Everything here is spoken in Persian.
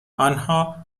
آنها